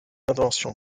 invention